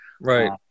Right